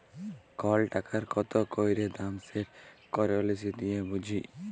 call টাকার কত ক্যইরে দাম সেট কারেলসি দিঁয়ে বুঝি